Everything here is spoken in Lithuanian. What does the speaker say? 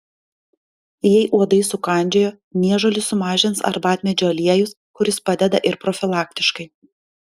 jei uodai sukandžiojo niežulį sumažins arbatmedžio aliejus kuris padeda ir profilaktiškai